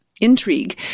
intrigue